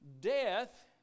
Death